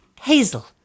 Hazel